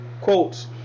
quotes